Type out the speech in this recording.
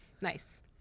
Nice